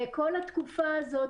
וכל התקופה הזאת,